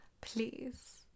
please